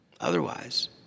Otherwise